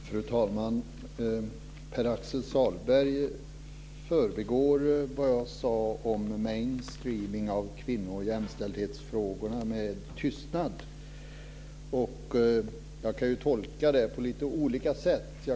Fru talman! Pär Axel Sahlberg förbigår det jag sade om mainstreaming av kvinno och jämställdhetsfrågorna med tystnad. Jag kan ju tolka det på lite olika sätt.